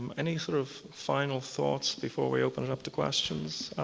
any sort of final thoughts before we open it up to questions,